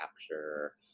capture